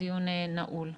הדיון נעול.